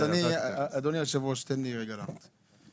אדוני היושב-ראש, תן לי רגע לענות.